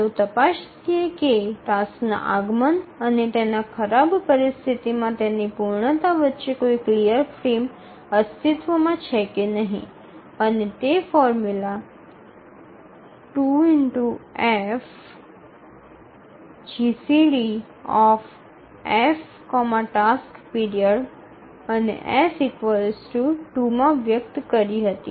ચાલો તપાસીએ કે ટાસ્કના આગમન અને તેના ખરાબ પરિસ્થિતિમાં તેની પૂર્ણતા વચ્ચે કોઈ ક્લિયર ફ્રેમ અસ્તિત્વમાં છે કે નહીં અને અમે તેને ફોર્મ્યુલા ૨F જીસીડી F ટાસ્ક પીરિયડ અને F ૨ માં વ્યક્ત કરી હતી